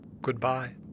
Goodbye